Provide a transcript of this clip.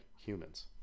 Humans